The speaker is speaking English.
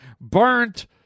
burnt